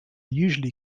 usually